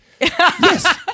Yes